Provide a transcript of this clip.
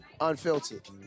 Unfiltered